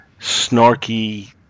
snarky